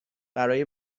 برای